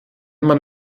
man